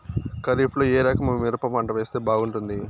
ఖరీఫ్ లో ఏ రకము మిరప పంట వేస్తే బాగుంటుంది